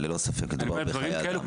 אבל ללא ספק מדובר בחיי אדם,